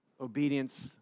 Obedience